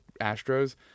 astros